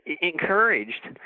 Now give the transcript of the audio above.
encouraged